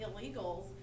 illegals